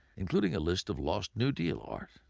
including a list of lost new deal art,